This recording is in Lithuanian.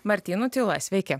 martynu tyla sveiki